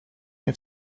nie